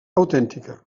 autèntica